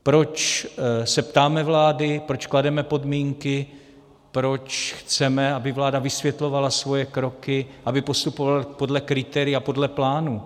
Proč se ptáme vlády, proč klademe podmínky, proč chceme, aby vláda vysvětlovala svoje kroky, aby postupovala podle kritérií a podle plánu.